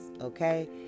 okay